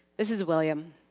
this is william.